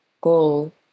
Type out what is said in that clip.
goal